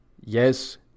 Yes